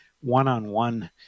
one-on-one